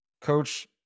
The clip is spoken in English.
coach